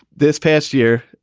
this past year,